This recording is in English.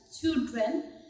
children